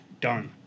Done